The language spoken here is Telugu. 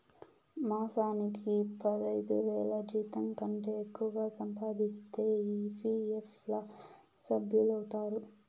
మాసానికి పదైదువేల జీతంకంటే ఎక్కువగా సంపాదిస్తే ఈ.పీ.ఎఫ్ ల సభ్యులౌతారు